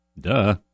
duh